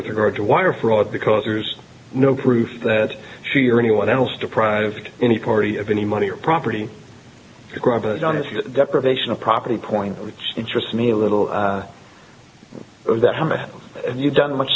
with regard to wire fraud because there's no proof that she or anyone else deprived any party of any money or property deprivation of property point which interests me a little that and you've done much